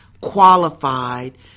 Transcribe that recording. qualified